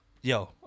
yo